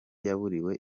yaburiwe